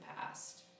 past